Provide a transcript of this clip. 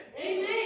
Amen